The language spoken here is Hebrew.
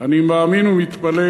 אני מאמין ומתפלל